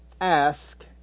ask